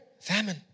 Famine